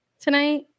tonight